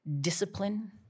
discipline